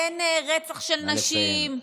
אין רצח של נשים.